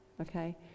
Okay